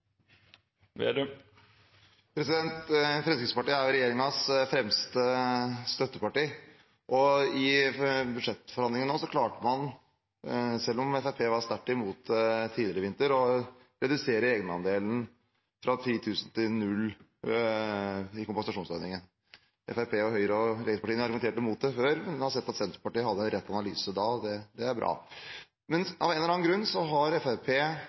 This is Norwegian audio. det. Fremskrittspartiet er regjeringens fremste støtteparti. I budsjettforhandlingene nå klarte man, selv om Fremskrittspartiet var sterkt imot tidligere i vinter, å redusere egenandelen fra 10 000 kr til 0 i kompensasjonsordningen. Fremskrittspartiet, Høyre og Arbeiderpartiet har argumentert mot det før, men Senterpartiet hadde rett analyse da, og det er bra. Av en eller annen grunn har